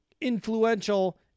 influential